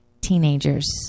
teenagers